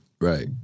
right